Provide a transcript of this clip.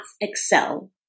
excel